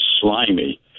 slimy